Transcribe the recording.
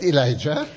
Elijah